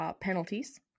penalties